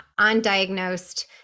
undiagnosed